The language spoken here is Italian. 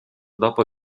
dopo